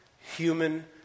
human